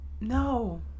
No